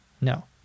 no